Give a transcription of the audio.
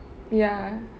ya